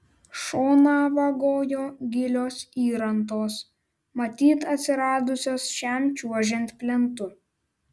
šoną vagojo gilios įrantos matyt atsiradusios šiam čiuožiant plentu